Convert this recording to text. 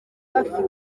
bafite